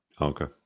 Okay